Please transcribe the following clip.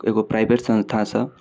एगो प्राइवेट संस्थासँ